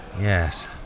Yes